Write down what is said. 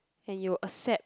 and you will accept